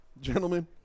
Gentlemen